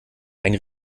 ein